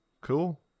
Cool